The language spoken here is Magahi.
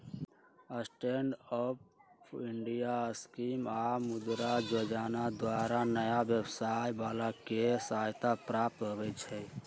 स्टैंड अप इंडिया स्कीम आऽ मुद्रा जोजना द्वारा नयाँ व्यवसाय बला के सहायता प्राप्त होइ छइ